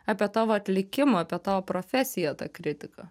apie tavo atlikimą apie tavo profesiją ta kritika